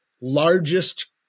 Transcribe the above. Largest